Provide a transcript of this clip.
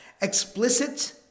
explicit